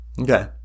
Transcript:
Okay